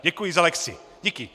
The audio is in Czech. Děkuji za lekci. Díky.